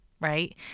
right